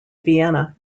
vienna